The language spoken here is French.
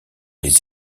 les